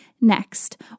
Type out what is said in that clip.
Next